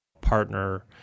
partner